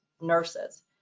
nurses